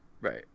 Right